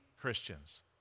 Christians